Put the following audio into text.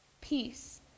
peace